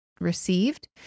received